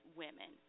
women